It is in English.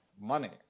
money